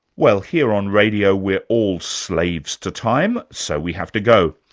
well, here on radio we're all slaves to time, so we have to go.